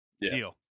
Deal